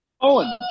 Owen